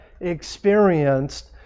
experienced